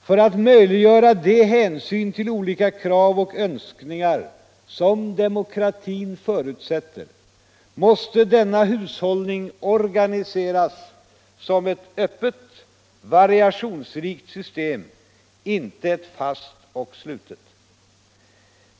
För att möjliggöra de hänsyn till olika krav och önskningar som demokratin förutsätter måste denna hushållning organiseras som ett öppet, variationsrikt system, inte ett fast och slutet.